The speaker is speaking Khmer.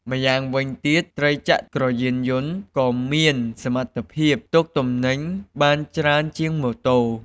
ម្យ៉ាងវិញទៀត ត្រីចក្រយានយន្តក៏មានសមត្ថភាពផ្ទុកទំនិញបានច្រើនជាងម៉ូតូ។